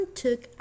took